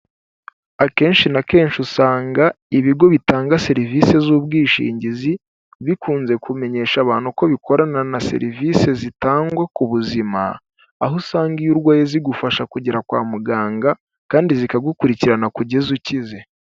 Akenshi na kenshi usanga ibigo bitanga serivisi z'ubwishingizi bikunze kumenyesha abantu ko bikorana na serivisi zitangwa ku buzima, aho usanga iyo urwaye zigufasha kugera kwa muganga kandi zikagukurikirana kugeza ukize.